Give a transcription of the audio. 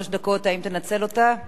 בוודאי.